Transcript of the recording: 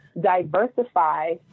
Diversify